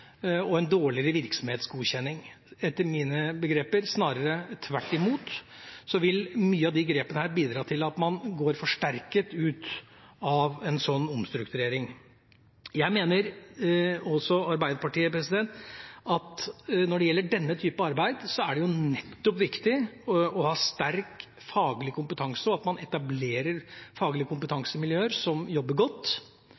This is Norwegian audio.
og en dårligere virksomhetsgodkjenning. Etter mine begreper vil snarere tvert imot mye av disse grepene bidra til at man går forsterket ut av en sånn omstrukturering. Jeg mener – og også Arbeiderpartiet – at når det gjelder denne type arbeid, er det nettopp viktig å ha sterk faglig kompetanse og at man etablerer faglige kompetansemiljøer som jobber godt,